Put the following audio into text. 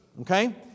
Okay